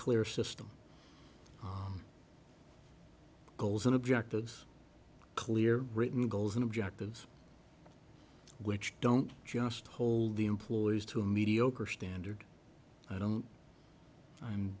clear system goals and objectives clear written goals and objectives which don't just hold the employees to a mediocre standard i don't